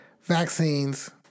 vaccines